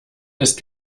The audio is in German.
ist